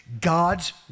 God's